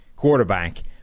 quarterback